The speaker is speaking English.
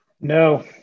No